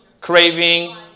craving